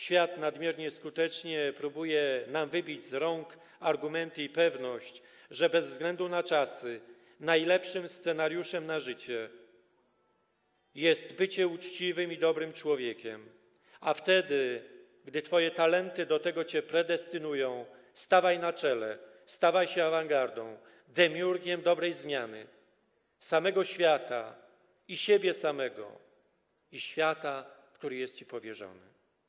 Świat nadmiernie skutecznie próbuje nam wybić z rąk argumenty i pewność, że bez względu na czasy najlepszym scenariuszem na życie jest bycie uczciwym i dobrym człowiekiem, a wtedy gdy twoje talenty do tego cię predestynują, stawaj na czele, stawaj się awangardą, demiurgiem dobrej zmiany, samego świata i siebie samego, świata, który jest ci powierzony.